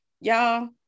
y'all